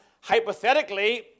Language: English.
hypothetically